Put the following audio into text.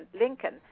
Lincoln